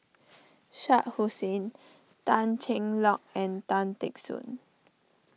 Shah Hussain Tan Cheng Lock and Tan Teck Soon